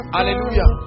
Hallelujah